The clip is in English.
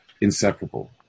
inseparable